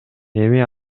эми